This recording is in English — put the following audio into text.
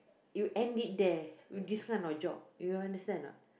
you end it there you this kind of job you understand or not